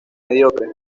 mediocre